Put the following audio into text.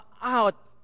out